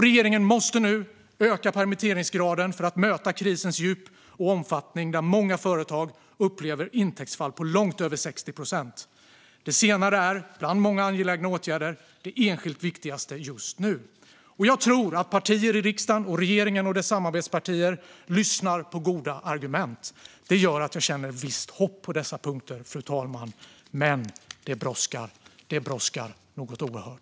Regeringen måste nu öka permitteringsgraden för att möta krisens djup och omfattning där många företag upplever intäktsbortfall på långt över 60 procent. Det senare är, bland många angelägna åtgärder, det enskilt viktigaste just nu. Jag tror att partierna i riksdagen och regeringen och dess samarbetspartier lyssnar på goda argument. Det gör att jag känner visst hopp på dessa punkter, fru talman, men det brådskar. Det brådskar något oerhört!